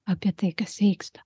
apie tai kas vyksta